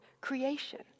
creation